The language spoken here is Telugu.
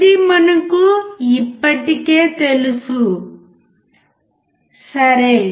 ఇది మనకు ఇప్పటికే తెలుసు సరే